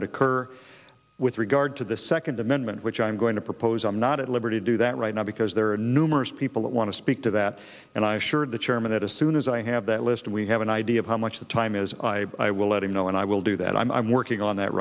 would occur with regard to the second amendment which i'm going to propose i'm not at liberty to do that right now because there are numerous people that want to speak to that and i assured the chairman that as soon as i have that list we have an idea of how much the time is i i will let him know and i will do that i'm working on that